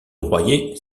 royer